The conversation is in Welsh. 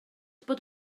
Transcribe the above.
bod